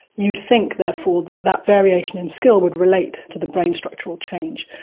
you'd think, therefore, that that variation in skill would relate to the brain structural change.